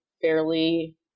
fairly